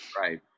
Right